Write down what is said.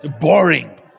boring